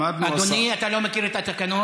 למדנו, אדוני, אתה לא מכיר את התקנון?